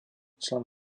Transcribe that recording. člen